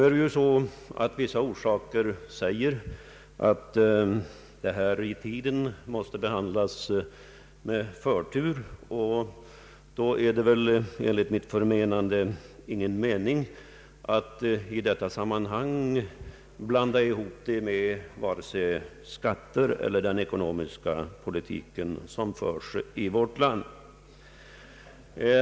Av vissa orsaker har detta ärende dock måst behandlas med förtur, och därför finns det enligt mitt förmenande ingen anledning att i detta sammanhang blanda ihop frågan vare sig med den skattepolitik eller den ekonomiska politik som förs i vårt land.